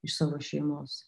iš savo šeimos